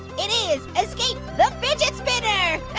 it is escape the fidget spinner!